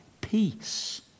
peace